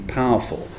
powerful